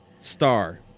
star